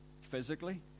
physically